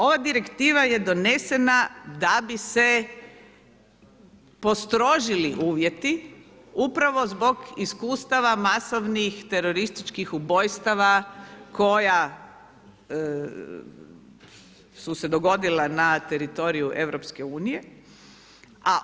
Ova direktiva je donesena da bi se postrožili uvjeti upravo zbog iskustava masovnih terorističkih ubojstava koja su se dogodila na teritoriju Europske unije.